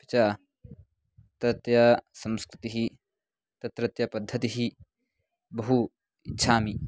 अपि च तत्रत्यसंस्कृतिः तत्रत्यपद्धतिः बहु इच्छामि